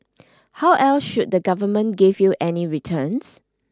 how else should the government give you any returns